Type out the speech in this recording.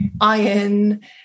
iron